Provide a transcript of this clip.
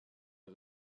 est